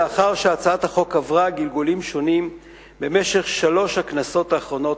לאחר שהצעת החוק עברה גלגולים שונים במשך שלוש הכנסות האחרונות,